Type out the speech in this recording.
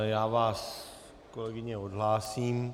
Já vás, kolegyně, odhlásím.